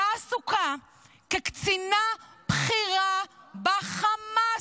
הייתה עסוקה כקצינה בכירה בחמאס.